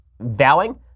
vowing